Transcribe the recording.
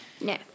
no